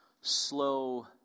slow